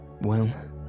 Well